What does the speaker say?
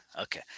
okay